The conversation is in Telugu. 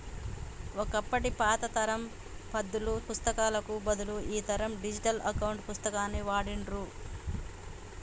ఒకప్పటి పాత తరం పద్దుల పుస్తకాలకు బదులు ఈ తరం డిజిటల్ అకౌంట్ పుస్తకాన్ని వాడుర్రి